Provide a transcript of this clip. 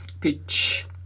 pitch